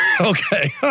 Okay